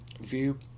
view